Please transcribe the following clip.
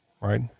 right